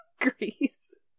Greece